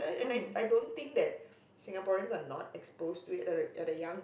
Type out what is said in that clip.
and I don't think that Singaporeans are not exposed to it like they're the young